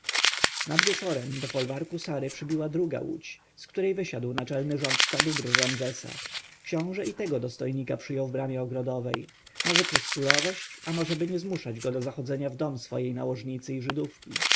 nad wieczorem do folwarku sary przybiła druga łódź z której wysiadł naczelny rządca dóbr ramzesa książę i tego dostojnika przyjął w bramie ogrodowej może przez surowość a może aby nie zmuszać go do zachodzenia w dom swojej nałożnicy i żydówki